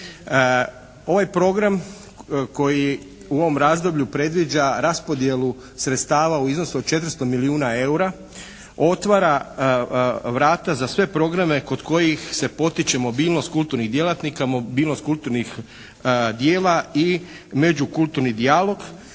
Ovaj program koji u ovom razdoblju predviđa raspodjelu sredstava u iznosu od 400 milijuna eura otvara vrata za sve programe kod kojih se potiče mobilnost kulturnih djelatnika, mobilnost kulturnih djela i među kulturnu dijalog.